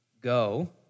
go